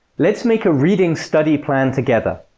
let's make a reading study plan together.